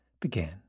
began